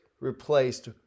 replaced